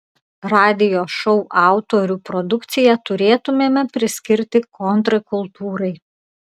radijo šou autorių produkciją turėtumėme priskirti kontrkultūrai